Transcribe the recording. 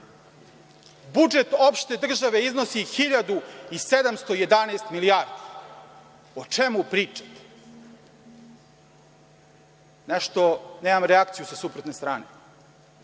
Budžet opšte države iznosi 1711 milijardi. O čemu pričamo? Nešto nemam reakciju sa suprotne strane.